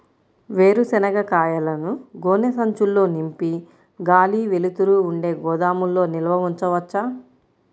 వేరుశనగ కాయలను గోనె సంచుల్లో నింపి గాలి, వెలుతురు ఉండే గోదాముల్లో నిల్వ ఉంచవచ్చా?